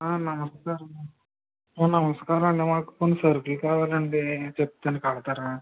నమస్కారం నమస్కారం అండి మాకు కొన్ని సరుకులు కావాలండి నేను చెప్తాను కడతారా